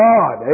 God